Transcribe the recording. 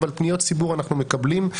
אבל פניות ציבור אנחנו מקבלים,